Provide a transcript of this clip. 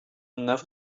never